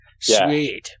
Sweet